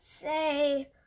say